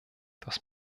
das